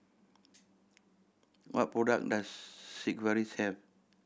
what product does Sigvaris have